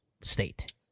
state